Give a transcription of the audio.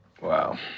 Wow